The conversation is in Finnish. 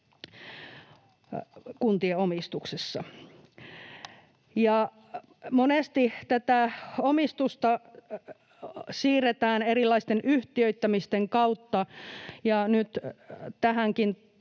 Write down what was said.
kuntien omistuksessa. Monesti tätä omistusta siirretään erilaisten yhtiöittämisten kautta, ja nyt tähänkin